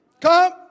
come